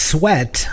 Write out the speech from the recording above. Sweat